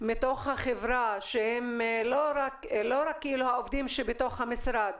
מתוך החברה שהם לא רק העובדים שבתוך המשרד,